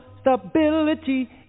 stability